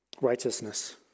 righteousness